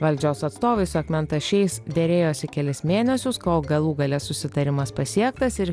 valdžios atstovai su akmentašiais derėjosi kelis mėnesius kol galų gale susitarimas pasiektas ir